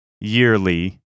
yearly